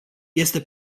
este